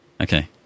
Okay